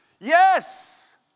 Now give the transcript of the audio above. Yes